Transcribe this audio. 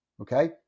okay